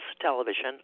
television